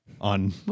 On